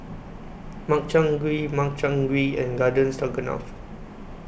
Makchang Gui Makchang Gui and Garden Stroganoff